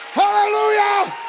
hallelujah